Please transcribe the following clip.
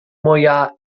moja